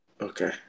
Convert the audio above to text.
Okay